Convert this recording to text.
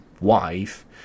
wife